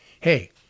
Hey